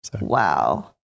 Wow